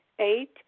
Eight